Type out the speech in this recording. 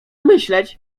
myśleć